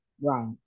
Right